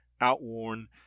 outworn